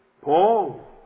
Paul